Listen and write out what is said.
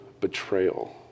betrayal